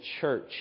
church